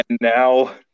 now